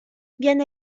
viene